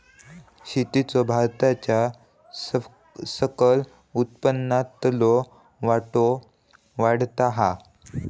शेतीचो भारताच्या सकल उत्पन्नातलो वाटो वाढता हा